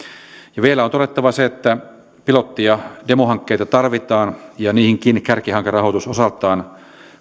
vielä on todettava se että pilotti ja demohankkeita tarvitaan ja niihinkin kärkihankerahoitus osaltaan